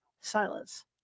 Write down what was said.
Silence